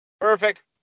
Perfect